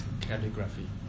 calligraphy